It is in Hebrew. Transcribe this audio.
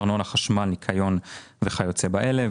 ארנונה, חשמל, ניקיון וכיוצא באלה.